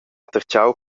tertgau